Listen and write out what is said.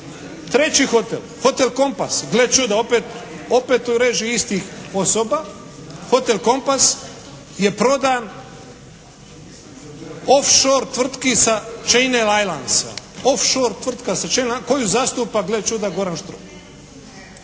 Treći hotel, hotel "Kompas", gle čuda, opet u režiji istih osoba. Hotel "Kompas" je prodan off shore tvrtki sa …/Govornik se ne razumije./… Off shore tvrtka koju zastupa gle čuda, Goran Štrok.